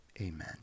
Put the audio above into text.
amen